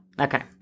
Okay